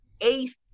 eighth